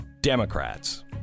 Democrats